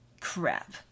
crap